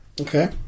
Okay